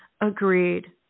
Agreed